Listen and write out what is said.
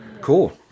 cool